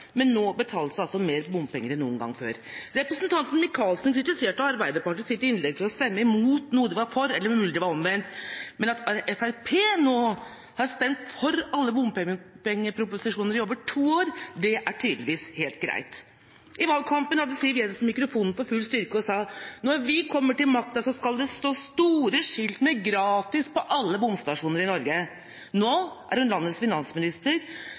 men nå betales mer bompenger enn noen gang før. I sitt innlegg kritiserte representanten Michaelsen Arbeiderpartiet for å stemme imot noe de er for – det er mulig det var omvendt – men at Fremskrittspartiet i over to år har stemt for alle bompengeproposisjoner, er tydeligvis helt greit. I valgkampen hadde Siv Jensen mikrofonen på full styrke og sa at når de kom til makten, skulle det stå store skilt med «gratis» på alle bomstasjoner i Norge. Nå er hun landets finansminister,